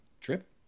trip